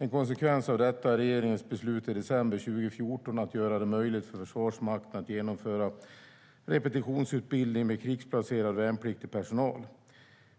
En konsekvens av detta är regeringens beslut i december 2014 att göra det möjligt för Försvarsmakten att genomföra repetitionsutbildning med krigsplacerad värnpliktig personal.